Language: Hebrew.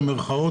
במירכאות,